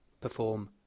perform